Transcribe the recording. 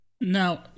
now